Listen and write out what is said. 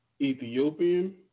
Ethiopian